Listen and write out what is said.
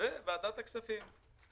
וועדת הכספים.